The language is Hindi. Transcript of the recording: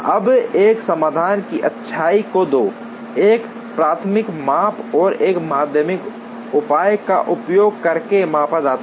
अब एक समाधान की अच्छाई को दो एक प्राथमिक माप और एक माध्यमिक उपाय का उपयोग करके मापा जाता है